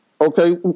okay